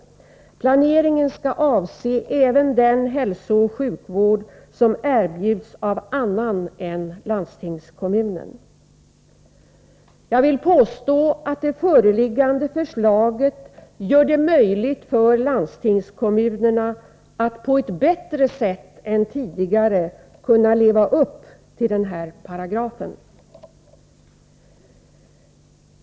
Planeringen skall avse även den hälsooch sjukvård som erbjuds av annan än landstingskommunen.” Jag vill påstå att det föreliggande förslaget gör det möjligt för landstingskommunerna att på ett bättre sätt än tidigare kunna leva upp till denna paragraf.